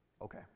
Okay